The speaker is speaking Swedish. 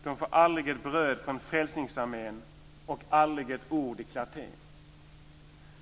De får aldrig ett bröd från frälsningsarmén och aldrig ett ord i Clarté."